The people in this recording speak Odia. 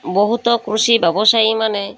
ବହୁତ କୃଷି ବ୍ୟବସାୟୀମାନେ